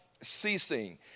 ceasing